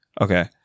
Okay